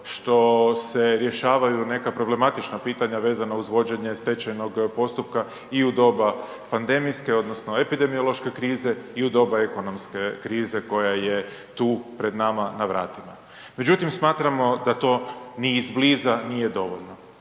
što se rješavaju neka problematična pitanja vezano uz vođenje stečajnog postupka i u doba pandemijske odnosno epidemiološke krize i u doba ekonomske krize koja je tu pred nama na vratima. Međutim, smatramo da to ni izbliza nije dovoljno.